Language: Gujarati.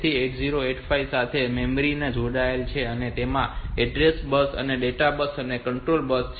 તો આ 8085 પ્રોસેસર સાથે તેની મેમરી જોડાયેલ છે અને તેમાં એડ્રેસ બસ ડેટા બસ અને કંટ્રોલ બસ છે